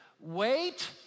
Wait